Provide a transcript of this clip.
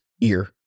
ear